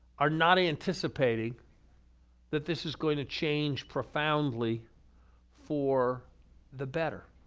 are not anticipating that this is going to change profoundly for the better.